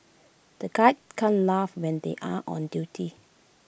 the guards can't laugh when they are on duty